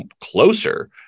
closer